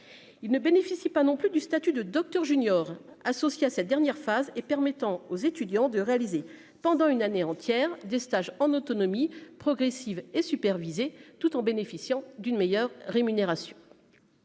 ils ne bénéficient pas non plus du statut de Docteur junior associés à cette dernière phase et permettant aux étudiants de réaliser pendant une année entière des stages en autonomie progressive et superviser tout en bénéficiant d'une meilleure rémunération